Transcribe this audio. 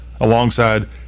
alongside